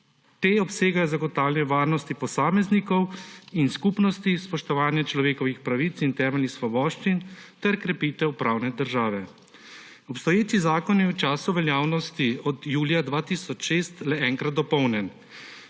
To obsega zagotavljanje varnosti posameznikov in skupnosti, spoštovanje človekovih pravic in temeljih svoboščin ter krepitev pravne države. Obstoječi zakon je bil v času veljavnosti od julija 2006 le enkrat dopolnjen.